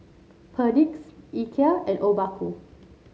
Perdix Ikea and Obaku